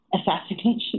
assassination